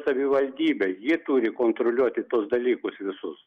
savivaldybė ji turi kontroliuoti tuos dalykus visus